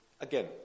again